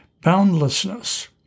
boundlessness